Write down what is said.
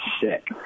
sick